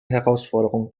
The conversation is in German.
herausforderung